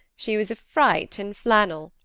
she was a fright in flannel.